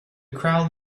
crowd